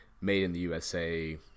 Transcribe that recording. made-in-the-USA